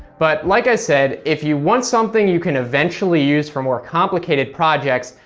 but like i said, if you want something you can eventually use for more complicated projects,